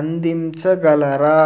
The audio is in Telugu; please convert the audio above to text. అందించగలరా